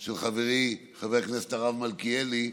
של חברי חבר הכנסת הרב מלכיאלי,